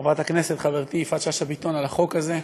חברת הכנסת חברתי יפעת שאשא ביטון, על החוק הזה.